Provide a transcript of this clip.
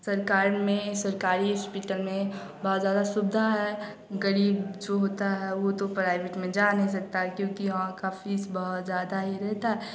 सरकार ने सरकारी हास्पिटल में बहुत ज़्यादा सुविधा है गरीब जो होता है वह तो प्राइवेट में जा नहीं सकता क्योंकि वहाँ की फ़ीस बहुत ज़्यादा ही रहती है